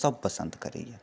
सभ पसन्द करैए